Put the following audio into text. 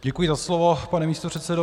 Děkuji za slovo, pane místopředsedo.